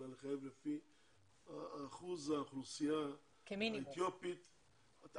אלא לחייב לפי אחוז האוכלוסייה האתיופית --- כמינימום.